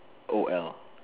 o